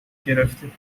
گرفتی